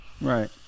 Right